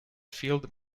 field